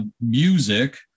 music